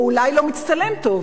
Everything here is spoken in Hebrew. או אולי לא מצטלם טוב?